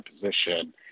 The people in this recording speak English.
position